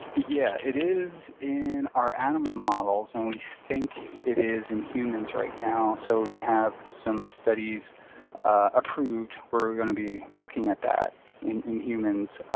yeah, it is in our animal models, and we think it is in humans right now. so we have some studies approved where we're going to be looking at that in in humans,